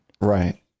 Right